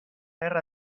guerra